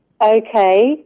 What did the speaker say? okay